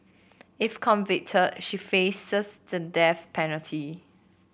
if convicted she faces the death penalty